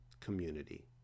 community